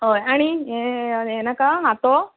आनी हें हें नाका हातो